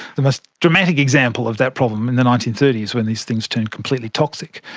the most dramatic example of that problem in the nineteen thirty s when these things turned completely toxic.